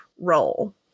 role